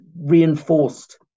reinforced